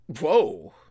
Whoa